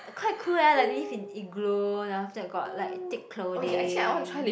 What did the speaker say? quite cool leh like live in igloo then after that got like thick clothing